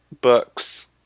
books